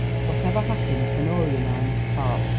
whatever happens, honoria and i must part.